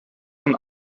von